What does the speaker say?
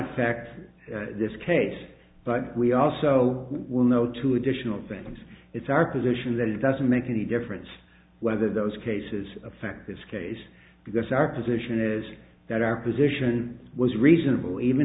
affect this case but we also will know two additional things it's our position that it doesn't make any difference whether those cases affect this case because our position is that our position was reasonable even